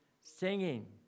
singing